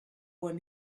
one